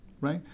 right